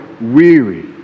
weary